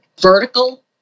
vertical